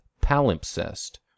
palimpsest